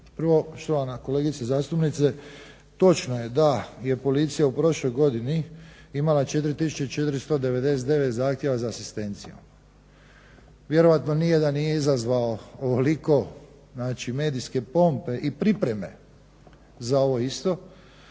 Prvo štovana kolegice zastupnice točno je da je policija u prošloj godini imala 4 499 zahtjeva za asistencijom. Vjerojatno nijedan nije izazvao ovoliko znači medijske pompe i pripreme za ovo isto.